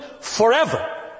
forever